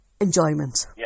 enjoyment